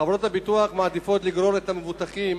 חברות הביטוח מעדיפות לגרור את המבוטחים